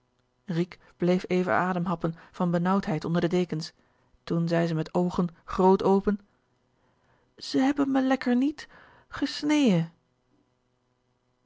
bleef even ademhappen van benauwdheid onder de dekens toen zei ze met oogen grt open ze bebbe me lekker niet gesneje